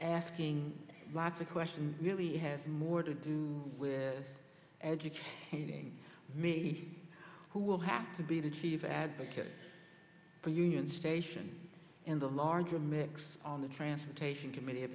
asking lots of questions really has more to do with education campaigns maybe who will have to be the chief advocate for union station in the larger mix on the transportation committe